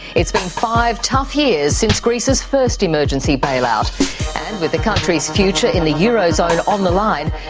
it's been five tough years since greece's first emergency bailout, and with the country's future in the eurozone on the line,